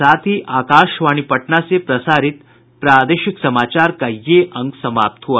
इसके साथ ही आकाशवाणी पटना से प्रसारित प्रादेशिक समाचार का ये अंक समाप्त हुआ